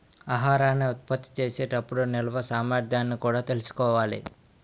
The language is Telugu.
ఆహారాన్ని ఉత్పత్తి చేసే టప్పుడు నిల్వ సామర్థ్యాన్ని కూడా తెలుసుకోవాలి